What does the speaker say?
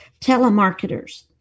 telemarketers